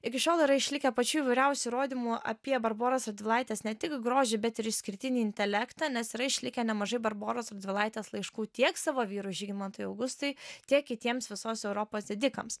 iki šiol yra išlikę pačių įvairiausių įrodymų apie barboros radvilaitės ne tik grožį bet ir išskirtinį intelektą nes yra išlikę nemažai barboros radvilaitės laiškų tiek savo vyrui žygimantui augustui tiek kitiems visos europos didikams